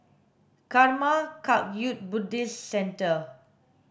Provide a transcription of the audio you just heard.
Karma Kagyud Buddhist Centre